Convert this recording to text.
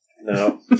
No